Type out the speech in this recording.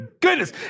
goodness